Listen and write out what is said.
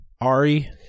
Ari